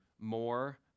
more